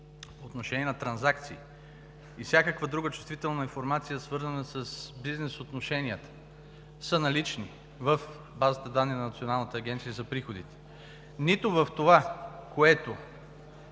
отношение на трансакции и всякаква друга чувствителна информация, свързана с бизнес отношенията, са налични в базата данни на Националната агенция за приходите, нито в това, което